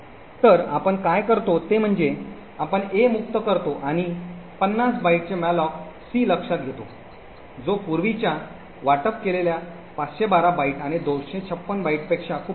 तर आपण काय करतो ते म्हणजे आपण a मुक्त करतो आणि 50 बाइटचे मालोक सी लक्षात घेतो जो पूर्वीच्या वाटप केलेल्या 512 बाइट आणि 256 बाइटपेक्षा खूपच कमी आहे